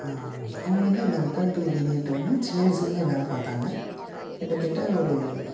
அவங்க வந்து அந்த மெக்கானிக்கல் இன்ஜினியர்கிட்ட வந்து சின்ன வயதிலருந்தே வேலை பார்த்தாங்க கிட்டத்தட்ட ஒரு